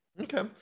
Okay